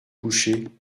coucher